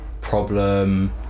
problem